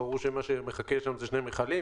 מה שמחכה הם שני מכלים.